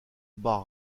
bas